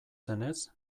zenez